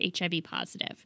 HIV-positive